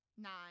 Nine